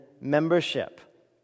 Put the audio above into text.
membership